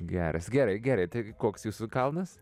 geras gerai gerai tai koks jūsų kalnas